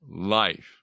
life